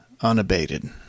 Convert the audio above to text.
unabated